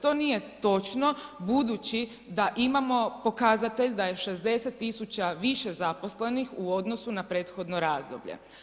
To nije točno, budući da imamo pokazatelj da je 60 tisuća više zaposlenih u odnosu na prethodno razdoblje.